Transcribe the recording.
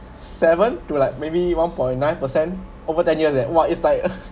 seven to like maybe one point nine percent over ten years leh !wah! is like